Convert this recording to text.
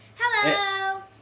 Hello